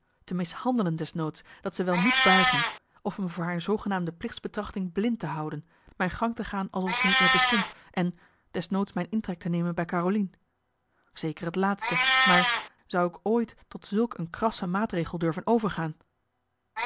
te mishandelen des noods dat ze wel moet buigen of me voor haar zoogenaamde plichtsbetrachting blind te houden mijn gang te gaan alsof ze niet meer bestond en des noods mijn intrek te nemen bij carolien zeker het laatste maar zou ik ooit tot zulk een krasse maatregel durven overgaan